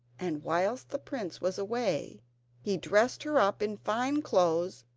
and whilst the prince was away he dressed her up in fine clothes,